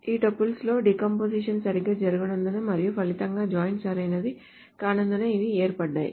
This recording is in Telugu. ఈ టపుల్స్లో డీకంపోజిషన్ సరిగ్గా జరగనందున మరియు ఫలితంగా జాయిన్ సరైనది కానందున ఇవి ఏర్పడ్డాయి